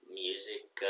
music